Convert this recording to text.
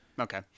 okay